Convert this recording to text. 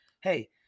hey